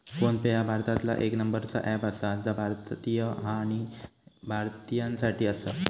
phone पे ह्या भारतातला येक नंबरचा अँप आसा जा भारतीय हा आणि भारतीयांसाठी आसा